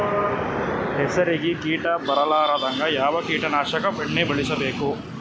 ಹೆಸರಿಗಿ ಕೀಟ ಬರಲಾರದಂಗ ಯಾವ ಕೀಟನಾಶಕ ಎಣ್ಣಿಬಳಸಬೇಕು?